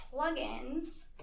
plugins